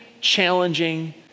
challenging